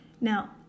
Now